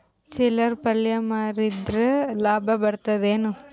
ಚಿಲ್ಲರ್ ಪಲ್ಯ ಮಾರಿದ್ರ ಲಾಭ ಬರತದ ಏನು?